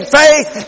faith